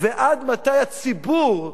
ועד מתי הציבור,